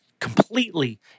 completely